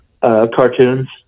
cartoons